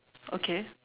okay